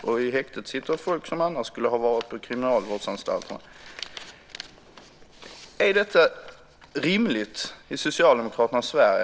I häktet sitter människor som annars skulle ha varit på kriminalvårdsanstalter. Är detta rimligt i Socialdemokraternas Sverige?